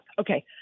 Okay